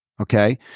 Okay